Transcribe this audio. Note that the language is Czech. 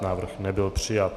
Návrh nebyl přijat.